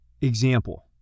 Example